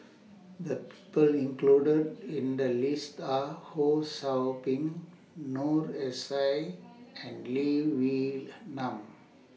The People included in The list Are Ho SOU Ping Noor S I and Lee Wee Nam